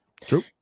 True